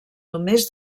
només